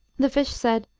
the fish said,